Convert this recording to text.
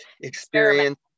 experience